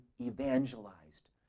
evangelized